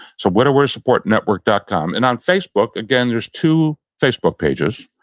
so widowerssupportnetwork dot com. and on facebook, again, there's two facebook pages.